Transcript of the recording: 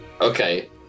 Okay